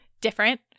different